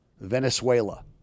Venezuela